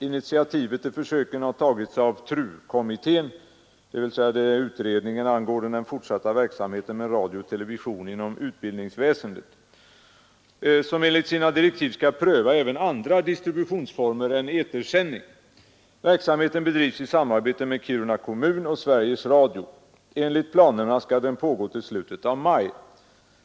Initiativet till försöken har tagits av TRU-kommittén som enligt sina direktiv skall pröva även andra distributionsformer än etersändning. Verksamheten bedrivs i samarbete med Kiruna kommun och Sveriges Radio. Enligt planerna skall den pågå till slutet av maj.